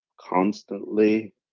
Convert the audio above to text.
constantly